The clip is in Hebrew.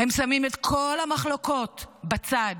הם שמים את כל המחלוקות בצד.